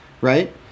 right